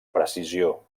precisió